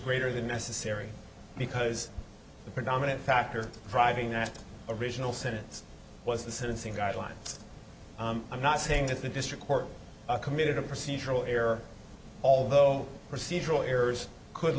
greater than necessary because the predominant factor driving that original sentence was the sentencing guidelines i'm not saying that the district court committed a procedural error although procedural errors could